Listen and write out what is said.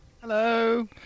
hello